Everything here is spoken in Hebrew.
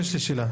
יש לי שאלה,